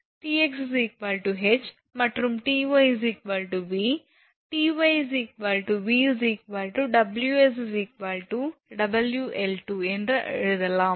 𝑇𝑥 𝐻 மற்றும் 𝑇𝑦 𝑉 𝑇𝑦 𝑉 𝑊𝑠 𝑊𝑙2 என்று எழுதலாம்